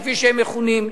כפי שהם מכונים,